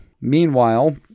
Meanwhile